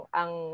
ang